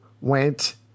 went